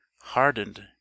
hardened